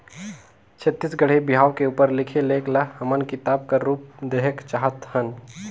छत्तीसगढ़ी बिहाव के उपर लिखे लेख ल हमन किताब कर रूप देहेक चाहत हन